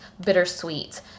Bittersweet